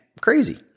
crazy